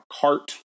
cart